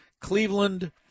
Cleveland